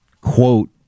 quote